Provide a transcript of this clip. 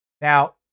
Now